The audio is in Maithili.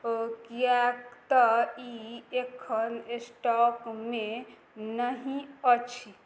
किएक तऽ ई एखन स्टॉकमे नहि अछि